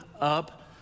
up